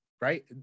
right